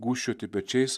gūžčioti pečiais